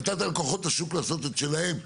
נתת לכוחות השוק לעשות את שלהם.